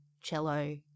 cello